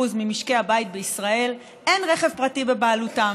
ממשקי הבית בישראל אין רכב פרטי בבעלותם.